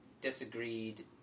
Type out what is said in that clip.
disagreed